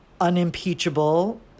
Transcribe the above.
unimpeachable